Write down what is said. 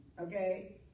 okay